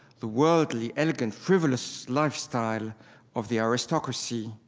the worldly, elegant, frivolous lifestyle of the aristocracy,